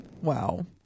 Wow